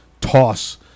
toss